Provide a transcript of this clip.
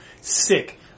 sick